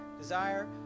desire